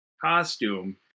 costume